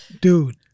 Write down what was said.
dude